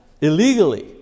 illegally